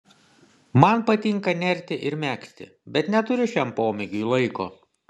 man patinka nerti ir megzti bet neturiu šiam pomėgiui laiko